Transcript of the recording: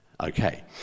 Okay